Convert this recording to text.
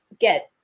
get